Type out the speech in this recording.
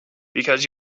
because